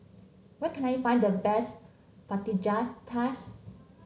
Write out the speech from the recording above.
where can I find the best Fajitas